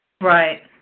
Right